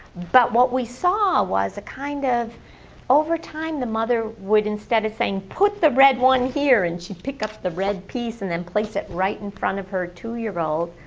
but what we saw was a kind of over time, the mother would instead of saying put the red one here, and she picked up the red piece and then placed it right in front of her two-year-old,